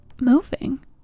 moving